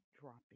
dropping